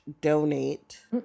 donate